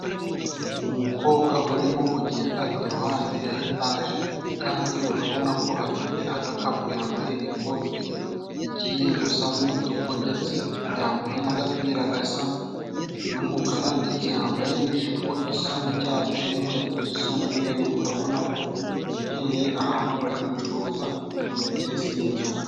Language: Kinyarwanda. Umukobwa urimo kugenda iruhande ya etaje kandi urabona ko afite agakapu, yambaye ikoti rigiye gusa n'umutuku, ndetse yambaye n'agapira gasa n'umukara, ndetse yambaye n'ijipo isa n'icyatsi n'inkweto zisa n'umweru, urabona ko yegereye ahantu bari gucuruza amakesi y'inzoga.